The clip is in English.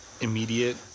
immediate